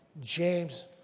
James